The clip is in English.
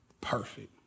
perfect